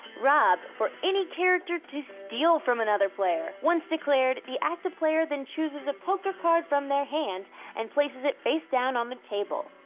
rob, for any character to steal from another player. once declared, the active character then chooses a poker card from their hand and places it face down on the table.